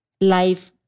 life